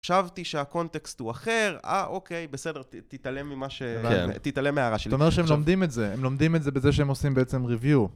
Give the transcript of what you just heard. חשבתי שהקונטקסט הוא אחר, אה, אוקיי, בסדר, תתעלם ממה ש... תתעלם מההערה שלי. זאת אומרת שהם לומדים את זה, הם לומדים את זה בזה שהם עושים בעצם ריוויו.